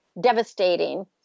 devastating